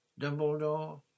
Dumbledore